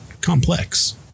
complex